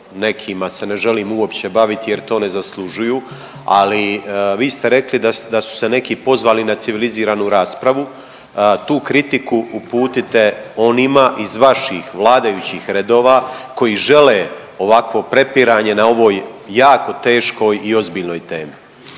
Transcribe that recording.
nekima se ne želim uopće baviti jer to ne zaslužuju, ali vi ste rekli da su se neki pozvali na civiliziranu raspravu. Tu kritiku uputite onima iz vaših vladajućih redova koji žele ovakvo prepiranje na ovoj jako teškoj i ozbiljnoj temi.